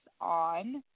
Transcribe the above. on